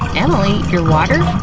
emily? your water?